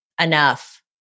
enough